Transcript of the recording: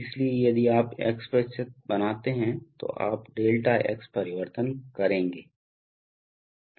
इसलिए यदि आप x बनाते हैं तो आप ∆x परिवर्तन करेंगे